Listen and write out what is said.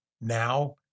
now